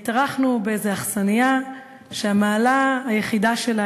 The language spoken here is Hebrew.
התארחנו באיזו אכסניה שהמעלה היחידה שלה